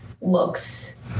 looks